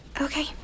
Okay